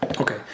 Okay